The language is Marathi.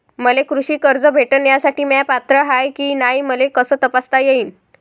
मले कृषी कर्ज भेटन यासाठी म्या पात्र हाय की नाय मले कस तपासता येईन?